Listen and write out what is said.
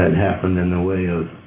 happened in the way of